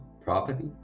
property